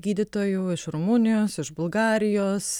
gydytojų iš rumunijos iš bulgarijos